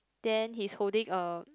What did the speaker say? then he's holding a